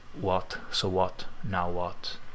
what-so-what-now-what